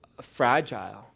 fragile